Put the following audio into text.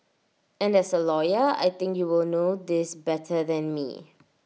and as A lawyer I think you will know this better than me